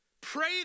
pray